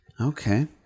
Okay